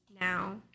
now